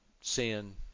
sin